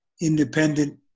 independent